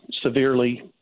severely